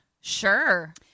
sure